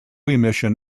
emission